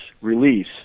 release